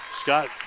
Scott